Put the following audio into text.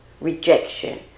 rejection